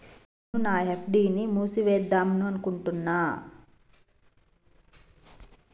నేను నా ఎఫ్.డి ని మూసివేద్దాంనుకుంటున్న